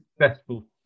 successful